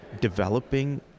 developing